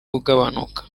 ugabanuka